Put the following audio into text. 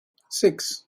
six